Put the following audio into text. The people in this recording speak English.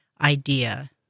idea